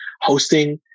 hosting